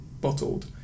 Bottled